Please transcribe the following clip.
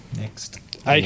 Next